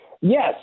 Yes